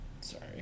Sorry